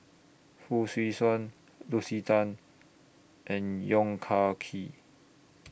Fong Swee Suan Lucy Tan and Yong Kah Kee